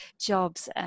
jobs